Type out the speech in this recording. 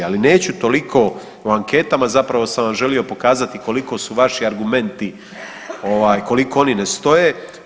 Ali neću toliko o anketama, zapravo sam vam želio pokazati koliko su vaši argumenti ovaj, koliko oni ne stoje.